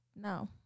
no